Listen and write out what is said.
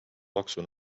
paksu